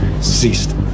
ceased